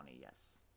yes